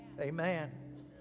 Amen